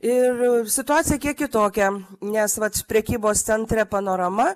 ir situacija kiek kitokia nes vat prekybos centre panorama